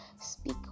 speak